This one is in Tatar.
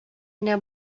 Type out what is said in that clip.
генә